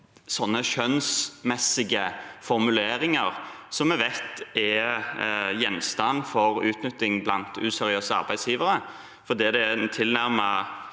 slike skjønnsmessige formuleringer som vi vet er gjenstand for utnytting blant useriøse arbeidsgivere. Det er tilnærmet